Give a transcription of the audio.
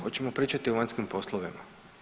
Hoćemo pričati o vanjskim poslovima?